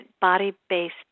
body-based